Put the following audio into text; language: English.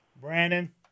Brandon